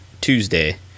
Tuesday